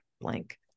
blank